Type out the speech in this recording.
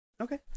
okay